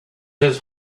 his